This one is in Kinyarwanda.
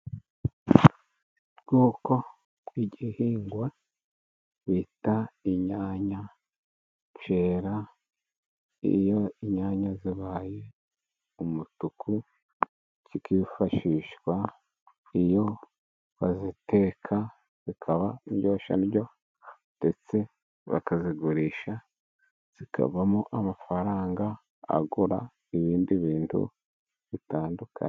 Ubwoko bw'igihingwa bita inyanya, cyera iyo inyanya zabaye umutuku, kikifashishwa iyo baziteka zikaba indyoshya ndyo, ndetse bakazigurisha zikavamo amafaranga, agura ibindi bintu bitandukanye.